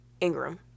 Ingram